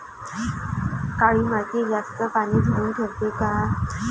काळी माती जास्त पानी धरुन ठेवते का?